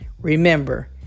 Remember